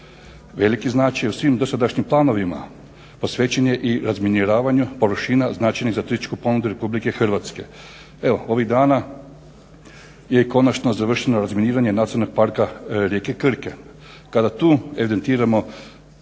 Veliki značaj u svim dosadašnjim planovima posvećen je i razminiravanju površina značajnih za turističku ponudu Republike Hrvatske. Evo ovih dana je i konačno završeno razminiranje Nacionalnog parka rijeke Krke. Kada tu evidentiramo